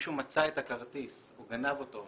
מישהו מצא את הכרטיס או גנב אותו,